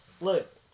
look